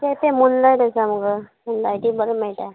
यें तें मुनलायट आसा मगो मुनलायटी बरें मेयटा